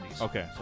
Okay